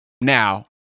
Now